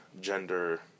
gender